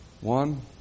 One